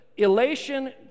elation